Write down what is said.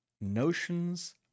notions